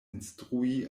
instrui